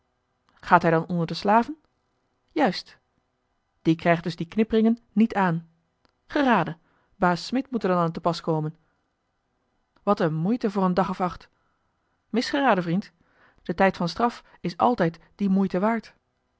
gaat hij dan onder de slaven juist die krijgt dus die knipringen niet aan geraden baas smid moet er dan aan te pas komen wat een moeite voor een dag of acht misgeraden vriend de tijd van straf is altijd die moeite waard